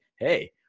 hey